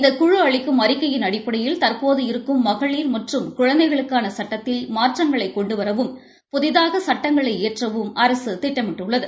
இந்த குழு அளிக்கும் அறிக்கையின் அடிப்படையில் தற்போது இருக்கும் மகளிர் மற்றும் குழந்கைகளுக்கான சட்டத்தில் மாற்றங்களை கொண்டு வரவும் புதிதாக சட்டங்களை இயற்றவும் அரசு திட்டமிட்டுள்ளது